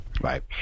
Right